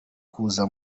kuza